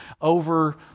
over